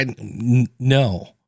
no